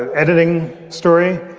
and editing story